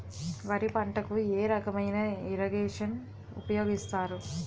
వరి పంటకు ఏ రకమైన ఇరగేషన్ ఉపయోగిస్తారు?